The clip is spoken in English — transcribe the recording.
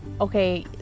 okay